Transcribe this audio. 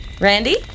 Randy